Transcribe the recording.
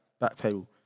backpedal